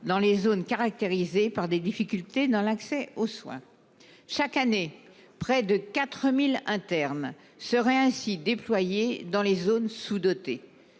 dans les zones caractérisées par des difficultés d'accès aux soins. Chaque année, près de 4 000 internes auraient ainsi été déployés dans les zones sous-dotées.